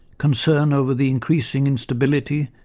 concern over the increasing instability,